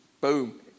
Boom